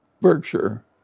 Berkshire